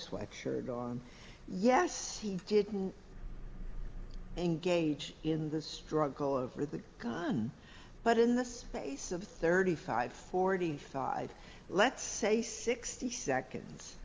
sweatshirt gone yes he didn't engage in the struggle over the gun but in the space of thirty five forty five let's say sixty seconds